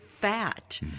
fat